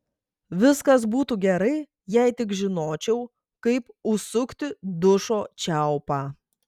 viskas būtų gerai jei tik žinočiau kaip užsukti dušo čiaupą